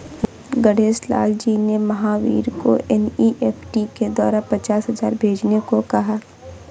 गणेश लाल जी ने महावीर को एन.ई.एफ़.टी के द्वारा पचास हजार भेजने को कहा